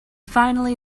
finally